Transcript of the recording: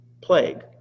plague